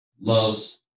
loves